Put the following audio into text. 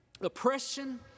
oppression